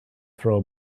throw